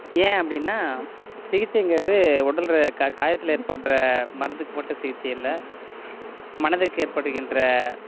ஏன் அப்படின்னா சிகிச்சைங்கிறது உடல்ற க காயத்தில் ஏற்படுற மருந்துக்கு மட்டும் சிகிச்சை இல்லை மனதுக்கு ஏற்படுகின்ற